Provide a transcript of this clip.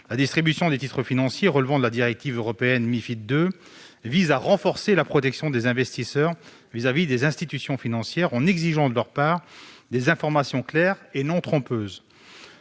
la distribution des titres financiers relevant de la directive européenne Mifid II vise à renforcer la protection des investisseurs à l'égard des institutions financières en exigeant de leur part des informations claires et non trompeuses.